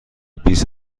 بیست